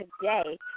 today